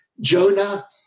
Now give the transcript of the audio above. Jonah